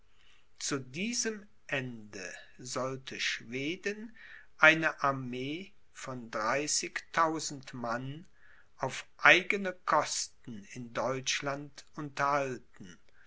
zu diesem ende sollte schweden eine armee von dreißigtausend mann auf eigene kosten in deutschland unterhalten